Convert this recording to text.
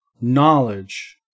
knowledge